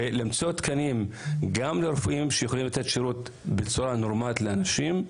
ולמצוא תקנים גם לרופאים שיכולים לתת שירות בצורה נורמלית לאנשים.